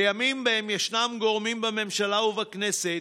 בימים שבהם ישנם גורמים בממשלה ובכנסת